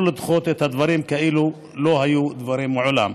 לדחות את הדברים כאילו לא היו דברים מעולם.